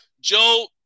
Joe